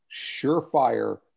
surefire